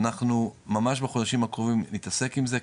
אנחנו ממש בחודשים הקרובים נתעסק עם זה,